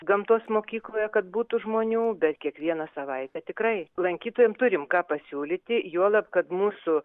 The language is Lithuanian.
gamtos mokykloje kad būtų žmonių bet kiekvieną savaitę tikrai lankytojam turim ką pasiūlyti juolab kad mūsų